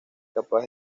capaz